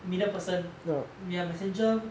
middle person mere messenger